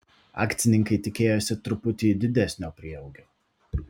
akcininkai tikėjosi truputį didesnio prieaugio